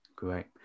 Great